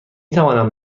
توانم